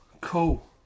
cool